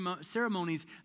ceremonies